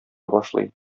башлый